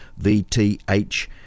VTH